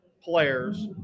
players